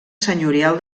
senyorial